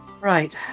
Right